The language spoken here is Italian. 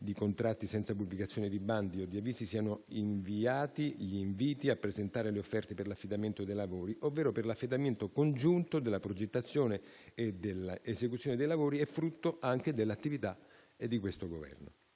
di contratti senza pubblicazione di bandi o di avvisi, che siano inviati gli inviti a presentare le offerte per l'affidamento dei lavori, ovvero per l'affidamento congiunto della progettazione e dell'esecuzione dei lavori. Tale disposizione è frutto anche dell'attività di questo Governo.